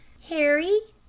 harry,